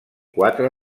quatre